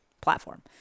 platform